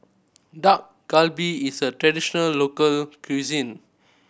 Dak Galbi is a traditional local cuisine